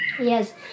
Yes